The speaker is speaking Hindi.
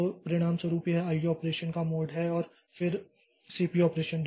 तो परिणामस्वरूप यह आईओ ऑपरेशन का मोड है और फिर सीपीयूऑपरेशन